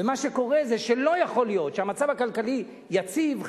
שלא יכול להיות שהמצב הכלכלי יציב,